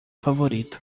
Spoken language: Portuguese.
favorito